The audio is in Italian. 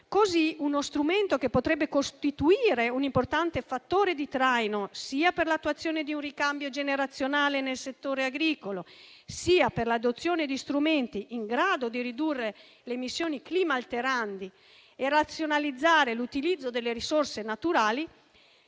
Così, uno strumento che potrebbe costituire un importante fattore di traino, sia per l'attuazione di un ricambio generazionale nel settore agricolo sia per l'adozione di strumenti in grado di ridurre le emissioni climalteranti e razionalizzare l'utilizzo delle risorse naturali,